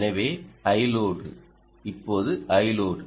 எனவே Iload இப்போது Iload